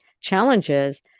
challenges